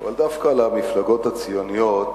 אבל דווקא על המפלגות הציוניות,